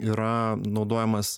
yra naudojamas